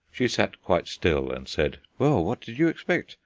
she sat quite still and said well, what did you expect?